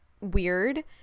weird